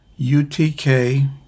utk